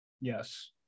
Yes